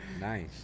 nice